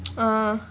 uh